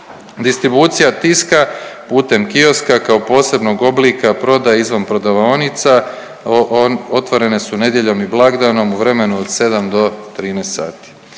Distribucija tiska putem kioska kao posebnog oblika prodaje izvan prodavaonica otvorene su nedjeljom i blagdanom u vremenu od 7 do 13 sati.